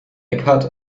eckhart